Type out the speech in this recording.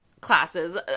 classes